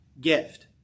gift